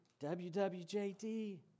WWJD